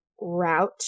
route